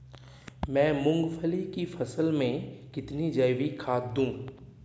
मैं मूंगफली की फसल में कितनी जैविक खाद दूं?